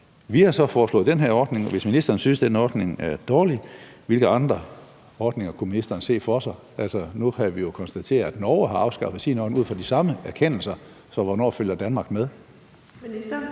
Vi har så foreslået den her ordning, og hvis ministeren synes, den ordning er dårlig, hvilke andre ordninger kunne ministeren så se for sig? Nu kan vi jo konstatere, at Norge har afskaffet sin ordning ud fra de samme erkendelser, så hvornår følger Danmark med?